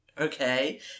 okay